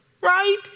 right